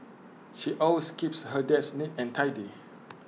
she always keeps her desk neat and tidy